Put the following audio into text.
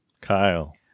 Kyle